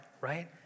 right